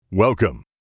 Welcome